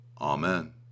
Amen